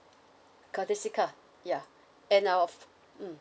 courtesy car yeah and our mm